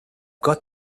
got